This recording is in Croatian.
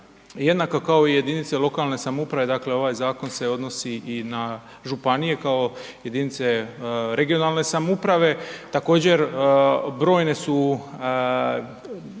jednako kao i jedinice lokalne samouprave dakle ovaj zakon se odnosi i na županije kao jedinice regionalne samouprave. Također brojne su